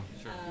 sure